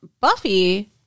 Buffy